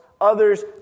others